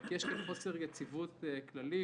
כי יש כאן חוסר יציבות כללית.